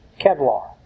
Kevlar